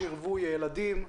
תאונות שעירבו ילדים,